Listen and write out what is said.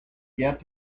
get